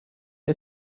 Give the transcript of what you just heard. est